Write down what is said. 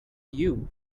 you